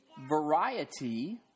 variety